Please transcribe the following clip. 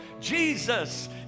Jesus